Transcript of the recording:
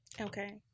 Okay